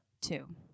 Two